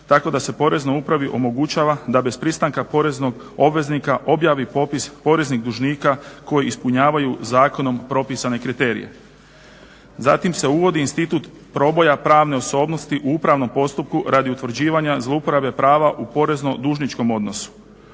tako da se Poreznoj upravi omogućava da bez pristanka poreznog obveznika objavi popis poreznih dužnika koji ispunjavaju zakonom propisane kriterije. Zatim se uvodi institut proboja pravne osobnosti u upravnom postupku radi utvrđivanja zlouporabe prava u porezno-dužničkom odnosu.